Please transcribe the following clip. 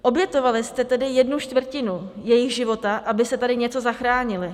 Obětovali jste tedy jednu čtvrtinu jejich života, abyste tady něco zachránili.